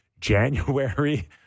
January